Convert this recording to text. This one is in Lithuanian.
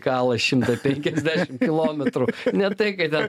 kala šimtą penkiasdešimt kilometrų ne taip kaip ten